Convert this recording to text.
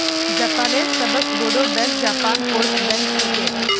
जापानेर सबस बोरो बैंक जापान पोस्ट बैंक छिके